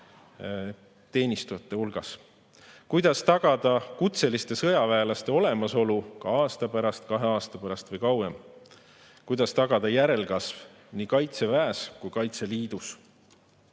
riigiteenistujate hulgas. Kuidas tagada kutseliste sõjaväelaste olemasolu ka aasta pärast, kahe aasta pärast või kauem? Kuidas tagada järelkasv nii Kaitseväes kui ka Kaitseliidus?